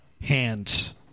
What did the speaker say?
Hands